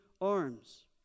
arms